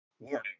Warning